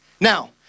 Now